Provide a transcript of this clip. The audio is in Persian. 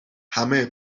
همه